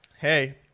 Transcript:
Hey